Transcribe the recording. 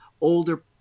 older